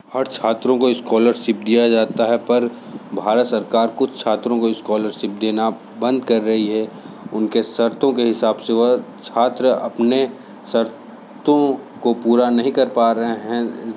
हर छात्रों को स्कॉलरशिप दिया जाता है पर भारत सरकार कुछ छात्रों को स्कॉलरशिप देना बंद कर रही है उनके शर्तों के हिसाब से वह छात्र अपने शर्तों को पूरा नहीं कर पा रहे हैं